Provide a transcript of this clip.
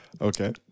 Okay